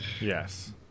Yes